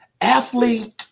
Athlete